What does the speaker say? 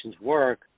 work